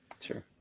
sure